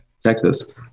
Texas